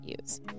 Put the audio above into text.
use